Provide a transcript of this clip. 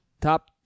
top